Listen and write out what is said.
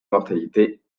mortalité